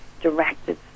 directed